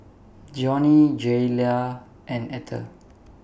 Johnny Jayla and Etter